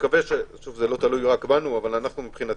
זה לא תלוי רק בנו אבל מבחינתנו,